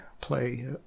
play